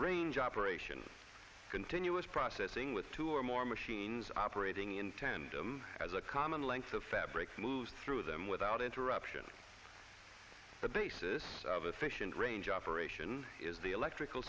range operation continuous processing with two or more machines operating in tandem as a common length of fabric moves through them without interruption the basis of efficient range operation is the electrical